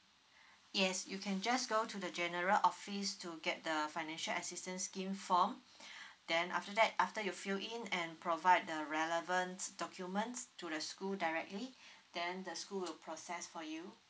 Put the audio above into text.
yes you can just go to the general office to get the financial assistance scheme form then after that after you fill in and provide the relevant documents to the school directly then the school will process for you